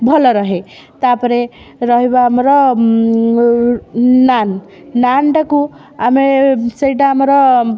ଭଲ ରୁହେ ତା'ପରେ ରହିବ ଆମର ନାନ୍ ନାନ୍ଟାକୁ ଆମେ ସେଇଟା ଆମର